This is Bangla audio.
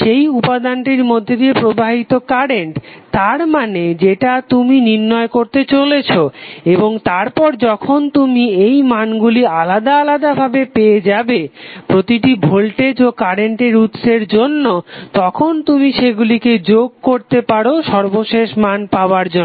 সেই উপাদানটির মধ্যে দিয়ে প্রবাহিত কারেন্ট তার মানে যেটা তুমি নির্ণয় করতে চলেছো এবং তারপর যখন তুমি এই মানগুলি আলাদা আলদা ভাবে পেয়ে যাবে প্রতিটি ভোল্টেজ ও কারেন্ট উৎসের জন্য তখন তুমি সেগুলকে যোগ করতে পারো সর্বশেষ মান পাবার জন্য